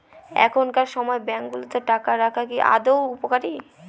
এখনকার সময় ব্যাঙ্কগুলোতে টাকা রাখা কি আদৌ উপকারী?